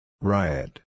Riot